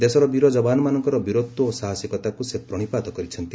ଦେଶର ବୀର ଯବାନମାନଙ୍କର ବୀରତ୍ୱ ଓ ସାହସିକତାକୁ ସେ ପ୍ରଶିପାତ କରିଛନ୍ତି